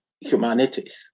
humanities